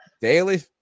daily